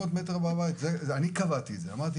אני קבעתי שב-